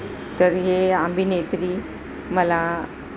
तर हे अभिनेत्री मला